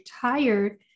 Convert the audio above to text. tired